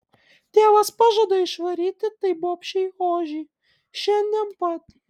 tėvas pažada išvaryti tai bobšei ožį šiandien pat